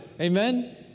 Amen